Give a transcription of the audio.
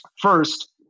first